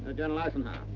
ah general eisenhower.